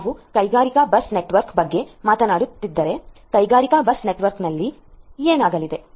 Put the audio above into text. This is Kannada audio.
ನಾವು ಕೈಗಾರಿಕಾ ಬಸ್ ನೆಟ್ವರ್ಕ್ ಬಗ್ಗೆ ಮಾತನಾಡುತ್ತಿದ್ದರೆ ಕೈಗಾರಿಕಾ ಬಸ್ ನೆಟ್ವರ್ಕ್ನಲ್ಲಿ ಏನಾಗಲಿದೆ